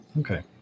Okay